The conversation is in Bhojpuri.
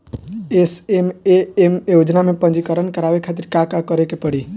एस.एम.ए.एम योजना में पंजीकरण करावे खातिर का का करे के पड़ी?